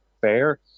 fair